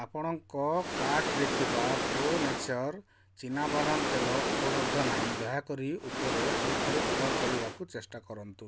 ଆପଣଙ୍କ କାର୍ଟ୍ରେ ଥିବା ପ୍ରୋ ନେଚର୍ ଚୀନାବାଦାମ ତେଲ ଉପଲବ୍ଧ ନାହିଁ ଦୟାକରି ଉପରେ ଆଉ ଥରେ ଅର୍ଡ଼ର୍ କରିବାକୁ ଚେଷ୍ଟା କରନ୍ତୁ